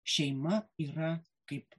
šeima yra kaip